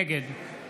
נגד